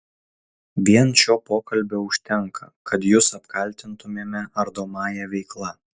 vien šio pokalbio užtenka kad jus apkaltintumėme ardomąja veikla